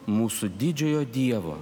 mūsų didžiojo dievo